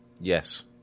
yes